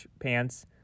pants